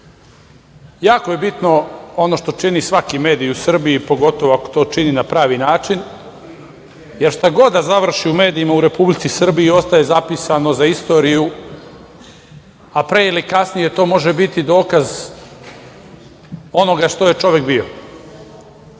Jako je bitno ono što čini svaki medij u Srbiji, pogotovo ako to čini na pravi način. Šta god da završi u medijima u Republici Srbiji ostaje zapisano za istoriju, a pre ili kasnije to može biti dokaz onoga što je čovek bio. Reče